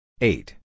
Eight